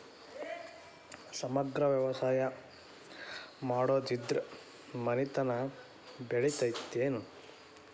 ಸಮಗ್ರ ವ್ಯವಸಾಯ ಮಾಡುದ್ರಿಂದ ಮನಿತನ ಬೇಳಿತೈತೇನು?